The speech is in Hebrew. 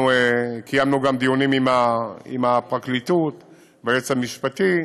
אנחנו קיימנו גם דיונים עם הפרקליטות והיועץ המשפטי,